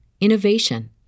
innovation